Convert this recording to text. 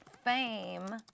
Fame